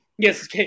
Yes